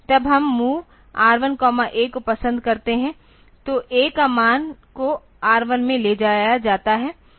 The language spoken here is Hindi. तब हम MOV R1 A को पसंद करते हैं तो A का मान को R1 में ले जाया जाता है फिर INC DPTR